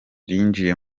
binjiye